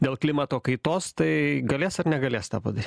dėl klimato kaitos tai galės ar negalės tą padar